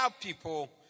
people